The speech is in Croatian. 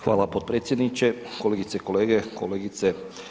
Hvala podpredsjedniče, kolegice i kolege, kolegice.